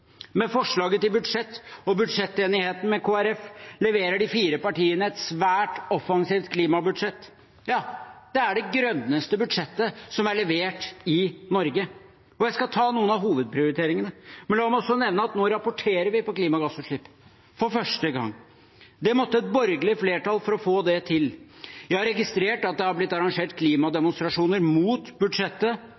Med forslaget til budsjett og budsjettenigheten med Kristelig Folkeparti leverer de fire partiene et svært offensivt klimabudsjett. Ja, det er det grønneste budsjettet som er levert i Norge. Jeg skal ta noen av hovedprioriteringene, men la meg også nevne at vi nå rapporterer på klimagassutslipp, for første gang. Det måtte et borgerlig flertall til for å få det til. Jeg har registrert at det har blitt arrangert